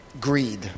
greed